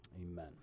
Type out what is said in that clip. amen